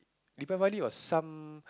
Diwali was some